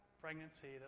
pregnancy